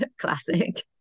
classic